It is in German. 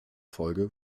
folge